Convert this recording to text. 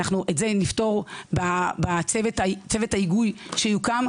את זה נפתור בצוות ההיגוי שיוקם,